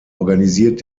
organisiert